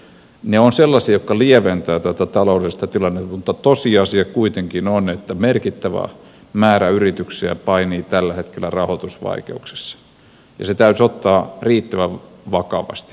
ne ovat sellaisia jotka lieventävät tätä taloudellista tilannetta mutta tosiasia kuitenkin on että merkittävä määrä yrityksiä painii tällä hetkellä rahoitusvaikeuksissa ja se täytyisi ottaa riittävän vakavasti